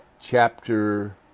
chapter